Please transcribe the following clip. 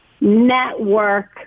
network